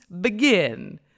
begin